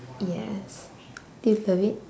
yes do you love it